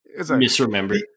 misremembered